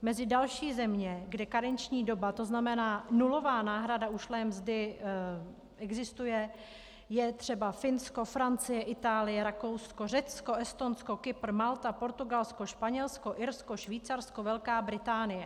Mezi další země, kde karenční doba, to znamená nulová náhrada ušlé mzdy, existuje, je třeba Finsko, Francie, Itálie, Rakousko, Řecko, Estonsko, Kypr, Malta, Portugalsko, Španělsko, Irsko, Švýcarsko, Velká Británie.